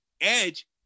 edge